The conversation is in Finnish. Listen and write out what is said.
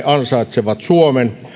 ansaitsevat suomen